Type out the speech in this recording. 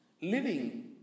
living